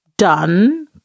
done